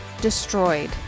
destroyed